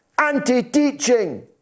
anti-teaching